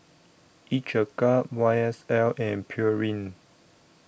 Each A Cup Y S L and Pureen